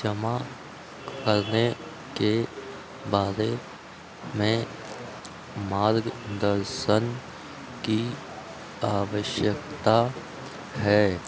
जमा करने के बारे में मार्गदर्शन की आवश्यकता है